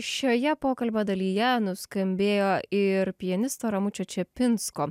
šioje pokalbio dalyje nuskambėjo ir pianisto ramučio čepinsko